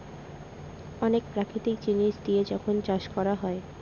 অনেক প্রাকৃতিক জিনিস দিয়ে যখন চাষ করা হয়